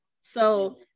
So-